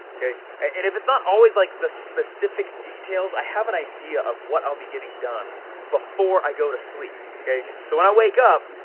okay and it's not always like the specific details, i have an idea of what i'll be getting done before i go to sleep, okay, so when i wake up,